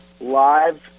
live